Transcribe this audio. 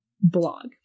blog